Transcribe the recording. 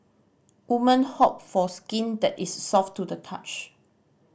women hope for skin that is soft to the touch